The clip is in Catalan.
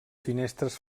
finestres